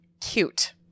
cute